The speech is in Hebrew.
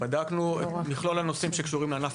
בדקנו את מכלול הנושאים שקשורים לענף